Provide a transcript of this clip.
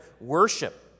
worship